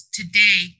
today